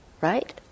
right